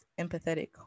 empathetic